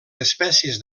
espècies